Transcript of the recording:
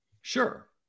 Sure